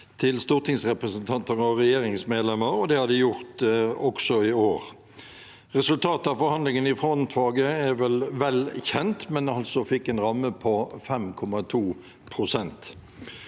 til stortingsrepresentanter og regjeringsmedlemmer, og dette har de lagt til grunn også i år. Resultatet av forhandlingene i frontfaget er vel godt kjent, der man altså fikk en ramme på 5,2 pst.